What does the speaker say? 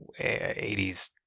80s